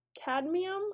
cadmium